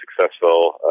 successful